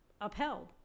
upheld